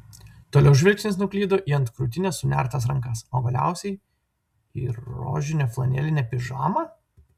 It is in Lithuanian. toliau žvilgsnis nuklydo į ant krūtinės sunertas rankas o galiausiai į rožinę flanelinę pižamą